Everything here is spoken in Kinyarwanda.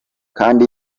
kandi